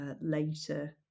later